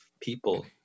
people